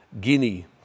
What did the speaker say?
Guinea